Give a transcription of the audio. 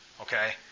okay